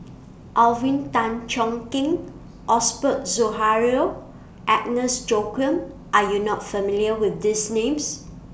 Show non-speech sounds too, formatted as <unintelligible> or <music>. Alvin Tan Cheong Kheng Osbert <unintelligible> Agnes Joaquim Are YOU not familiar with These Names